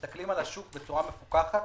ומסתכלים על השוק בצורה מפוכחת,